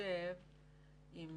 מתיישב עם